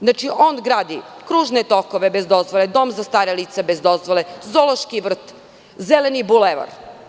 Znači, on gradi kružne tokove bez dozvole, dom za stara lica bez dozvole, zoološki vrt, zeleni bulevar.